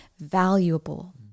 valuable